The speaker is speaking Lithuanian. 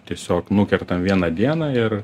tiesiog nukertam vieną dieną ir